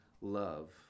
love